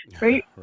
right